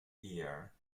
year